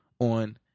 on